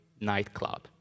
nightclub